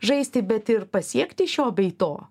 žaisti bet ir pasiekti šio bei to